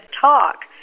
talk